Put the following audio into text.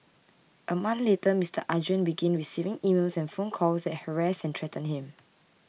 a month later Mister Arjun began receiving emails and phone calls that harassed and threatened him